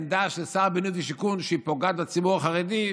עמדה של שר הבינוי והשיכון שפוגעת בציבור החרדי,